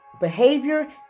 behavior